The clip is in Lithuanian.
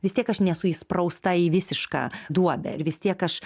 vistiek aš nesu įsprausta į visišką duobę ir vis tiek aš